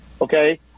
Okay